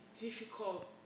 difficult